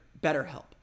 BetterHelp